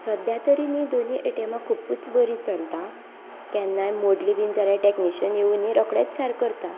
सद्या तरी न्हय दोनूय ए टी एमा खूबच बरीं चलतात केन्नाय मोडलीं बी जाल्यार टॅक्नीशन येवनय रोकडेंच सारके करतात